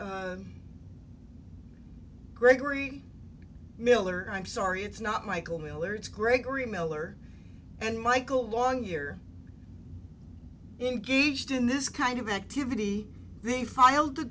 or gregory miller i'm sorry it's not michael miller it's gregory miller and michael long year engaged in this kind of activity they filed the